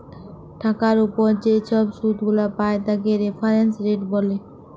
টাকার উপর যে ছব শুধ গুলা পায় তাকে রেফারেন্স রেট ব্যলে